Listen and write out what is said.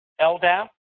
LDAP